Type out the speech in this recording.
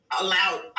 allowed